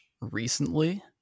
recently